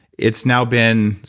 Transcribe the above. it's now been,